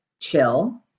chill